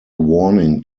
warning